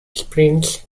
springs